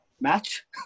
match